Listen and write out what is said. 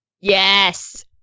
Yes